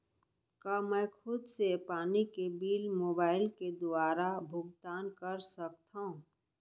का मैं खुद से पानी के बिल मोबाईल के दुवारा भुगतान कर सकथव?